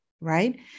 right